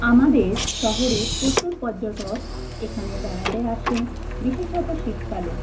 আমাদের শহরে প্রচুর পর্যটক এখানে বেড়াতে আসেন বিশেষত শীতকালে